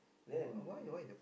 then